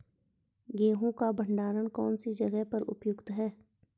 गेहूँ का भंडारण कौन सी जगह पर उपयुक्त है?